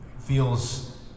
Feels